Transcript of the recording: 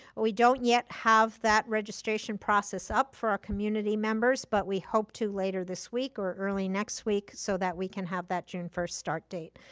but we don't yet have that registration process up for our community members but we hope to later this week or early next week so that we can have that june first start date.